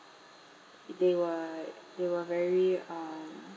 they were they were very um